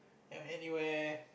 ya anywhere